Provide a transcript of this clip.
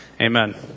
Amen